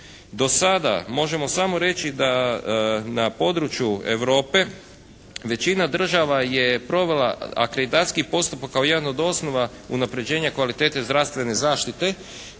Do sada možemo samo reći da na području Europe većina država je provela akreditacijski postupak kao jedan od osnova unapređenja kvalitete zdravstvene zaštite